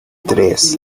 tres